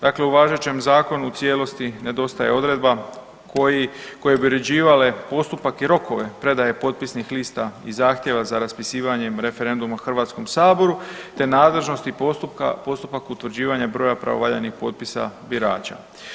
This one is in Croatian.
Dakle, u važećem zakonu u cijelosti nedostaje odredbe koje bi uređivale postupak i rokove predaje potpisnih lista i zahtjeva za raspisivanjem referenduma HS, te nadležnost i postupak utvrđivanja broja pravovaljanih potpisa birača.